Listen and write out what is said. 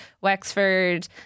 Wexford